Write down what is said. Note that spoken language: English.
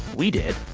we did.